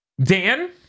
Dan